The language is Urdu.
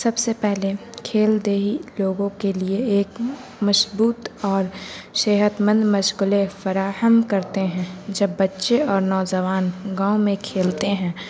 سب سے پہلے کھیل دیہی لوگوں کے لیے ایک مضبوط اور صحت مند مشغلے فراہم کرتے ہیں جب بچے اور نوجوان گاؤں میں کھیلتے ہیں